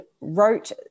wrote